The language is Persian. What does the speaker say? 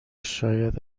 شاید